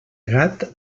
gat